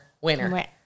winner